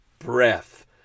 breath